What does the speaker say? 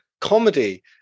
comedy